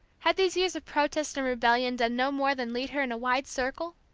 had these years of protest and rebellion done no more than lead her in a wide circle,